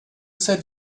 said